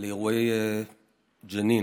לאירועי ג'נין.